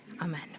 Amen